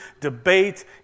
debate